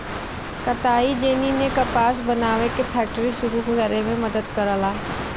कताई जेनी ने कपास बनावे के फैक्ट्री सुरू करे में मदद करला